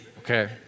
Okay